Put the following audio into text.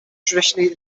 traditionally